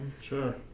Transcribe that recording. Sure